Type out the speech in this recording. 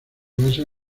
basa